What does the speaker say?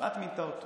יפעת מינתה אותו,